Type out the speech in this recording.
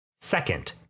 second